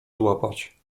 złapać